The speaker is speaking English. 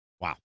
wow